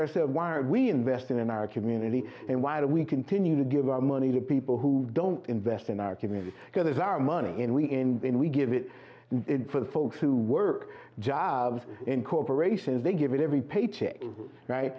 ourselves why are we investing in our community and why do we continue to give our money to people who don't invest in our community because it's our money and we in in we give it for the folks who work jobs in corporations they give it every paycheck right